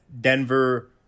Denver